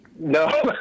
No